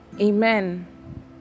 amen